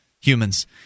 humans